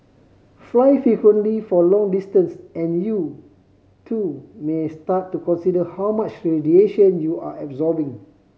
fly frequently for long distance and you too may start to consider how much radiation you're absorbing